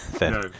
No